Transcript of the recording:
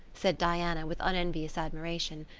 said diana, with unenvious admiration.